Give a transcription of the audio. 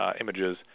images